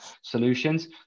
solutions